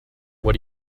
what